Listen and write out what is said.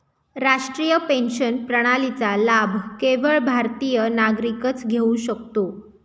राष्ट्रीय पेन्शन प्रणालीचा लाभ केवळ भारतीय नागरिकच घेऊ शकतो